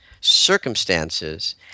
circumstances